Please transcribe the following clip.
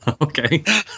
Okay